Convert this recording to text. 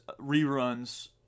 reruns